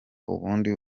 ubundi